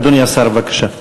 אדוני השר, בבקשה.